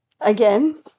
again